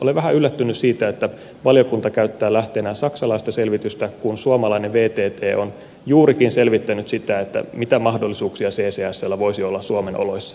olen vähän yllättynyt siitä että valiokunta käyttää lähteenään saksalaista selvitystä kun suomalainen vtt on juurikin selvittänyt sitä mitä mahdollisuuksia ccsllä voisi olla suomen oloissa